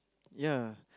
ya